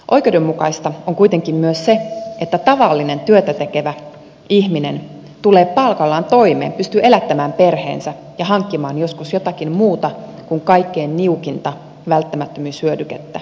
oikeudenmukaista on kuitenkin myös se että tavallinen työtä tekevä ihminen tulee palkallaan toimeen pystyy elättämään perheensä ja hankkimaan joskus jotakin muuta kuin kaikkein niukinta välttämättömyyshyödykettä